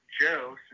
Joe